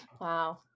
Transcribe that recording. Wow